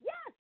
Yes